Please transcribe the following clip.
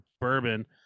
bourbon